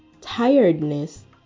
tiredness